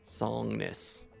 Songness